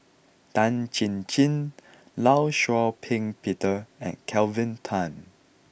Tan Chin Chin Law Shau Ping Peter and Kelvin Tan